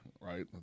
right